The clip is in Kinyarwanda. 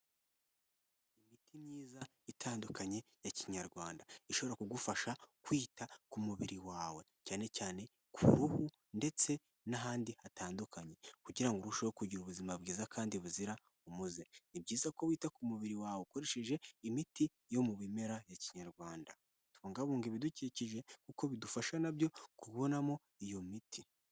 Imiti myiza itandukanye ya kinyarwanda, ishobora kugufasha kwita ku mubiri wawe cyane cyane kuruhu ndetse n'ahandi hatandukanye kugirango urusheho kugira ubuzima bwiza kandi buzira umuze, ni byiza ko wita ku mubiri wawe ukoresheje imiti yo mu bimera ya kinyarwanda tubungabunga ibidukikije kuko bidufasha nabyo kubonamo iyo miti.